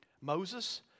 Moses